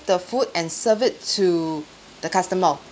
the food and serve it to the customer